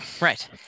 Right